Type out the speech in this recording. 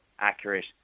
accurate